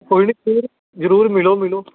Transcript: ਕੋਈ ਨਹੀਂ ਜ਼ਰੂਰ ਜ਼ਰੂਰ ਮਿਲੋ ਮਿਲੋ